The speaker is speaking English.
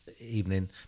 evening